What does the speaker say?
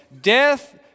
death